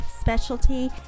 specialty